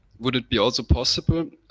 would it be also possible,